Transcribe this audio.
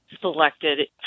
selected